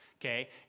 okay